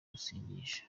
gusinyisha